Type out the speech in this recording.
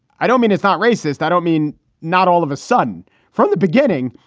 i don't mean it's not racist. i don't mean not. all of a sudden from the beginning,